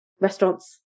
Restaurants